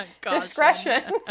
discretion